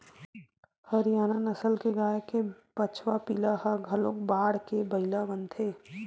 हरियाना नसल के गाय के बछवा पिला ह घलोक बाड़के बइला बनथे